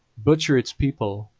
butcher its people,